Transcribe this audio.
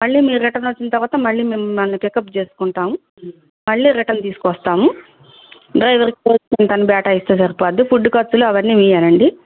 మళ్ళీ మీరు రిటర్న్ వచ్చిన తర్వాత మళ్ళీ మేము మిమ్మల్ని పికప్ చేసుకుంటాము మళ్ళీ రిటర్న్ తీసుకొస్తాము డ్రైవర్కు ఇంతన్ని బేట ఇస్తే సరిపోద్ది ఫుడ్ ఖర్చులు అవన్నీ మీవేనండి